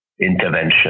intervention